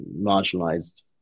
marginalized